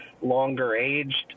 longer-aged